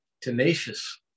tenacious